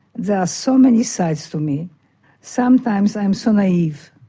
there are so many sides to me sometimes i am so naive,